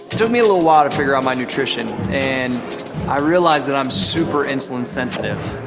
took me a little while to figure out my nutrition and i realized that i'm super insulin sensitive,